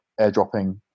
airdropping